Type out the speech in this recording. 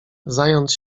zając